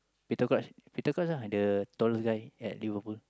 Petercrouch Petercrouch lah the tallest guy at Liverpool